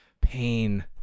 Pain